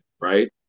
right